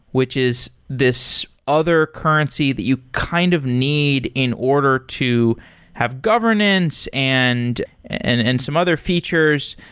which is this other currency that you kind of need in order to have governance and and and some other features,